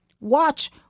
watch